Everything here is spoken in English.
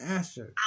Answer